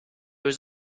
was